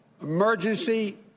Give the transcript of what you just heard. Emergency